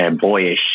boyish